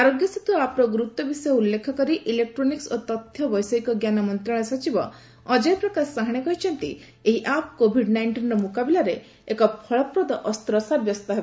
ଆରୋଗ୍ୟ ସେତୁ ଆପ୍ର ଗୁରୁତ୍ୱ ବିଷୟ ଉଲ୍ଲେଖ କରି ଇଲେକ୍ଟ୍ରୋନିକ୍କ ଓ ତଥ୍ୟ ବୈଷୟିଜ ଜ୍ଞାନ ମନ୍ତ୍ରଶାଳୟ ସଚିବ ଅଜୟ ପ୍ରକାଶ ସାହାଣେ କହିଛନ୍ତି ଏହି ଆପ୍ କୋଭିଡ୍ ନାଇଷ୍ଟିନ୍ର ମୁକାବିଲାରେ ଏକ ଫଳପ୍ରଦ ଅସ୍ତ୍ର ସାବ୍ୟସ୍ତ ହେବ